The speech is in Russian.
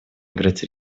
играть